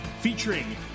featuring